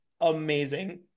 amazing